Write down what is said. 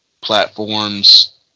platforms